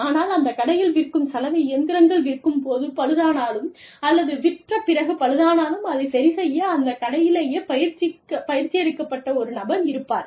ஆனால் அந்த கடையில் விற்கும் சலவை இயந்திரங்கள் விற்கும் போது பழுதானாலும் அல்லது விற்ற பிறகு பழுதானாலும் அதைச் சரி செய்ய அந்த கடையிலேயே பயிற்சியளிக்கப்பட்ட ஒரு நபர் இருப்பார்